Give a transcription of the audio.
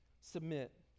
submit